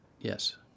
Yes